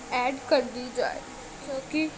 add کر دی جائے کیوںکہ